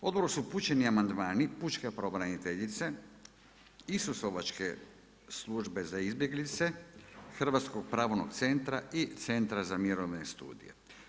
Odboru su upućeni amandmani pučke pravobraniteljice, Isusovačke službe za izbjeglice, Hrvatskog pravnog centra i Centra za mirovne studije.